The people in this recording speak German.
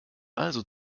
also